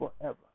forever